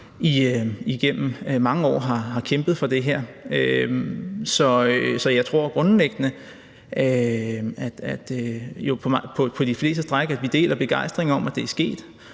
igennem mange år har kæmpet for det her. Så jeg tror grundlæggende, at vi på de fleste stræk deler begejstringen for, at det er sket,